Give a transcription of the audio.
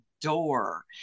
door